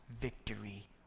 victory